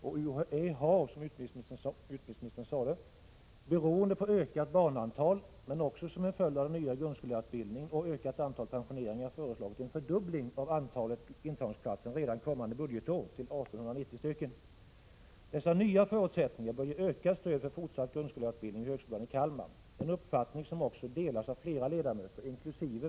UHÄ har, beroende på ökat barnantal men också som en följd av den nya grundskollärarutbildningen och ökat antal pensioneringar, föreslagit en fördubbling av antalet intagningsplatser redan kommande budgetår, till 1 890 stycken. Dessa nya förutsättningar bör ge ökat stöd för fortsatt grundskollärarutbildning vid högskolan i Kalmar, en uppfattning som också delas av flera ledamöter, inkl.